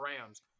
Rams